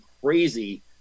crazy